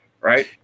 Right